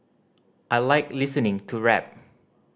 I like listening to rap